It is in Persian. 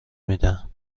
میدم